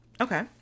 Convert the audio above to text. Okay